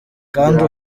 kandi